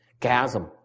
chasm